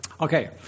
Okay